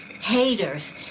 Haters